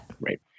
Right